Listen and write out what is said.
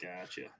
Gotcha